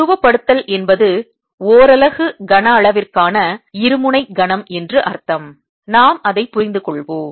துருவப்படுத்தல் என்பது ஓரலகு கன அளவிற்கான இருமுனை கணம் என்று அர்த்தம் நாம் அதை புரிந்து கொள்வோம்